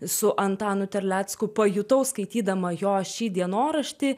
su antanu terlecku pajutau skaitydama jo šį dienoraštį